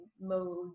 mode